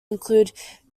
include